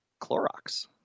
Clorox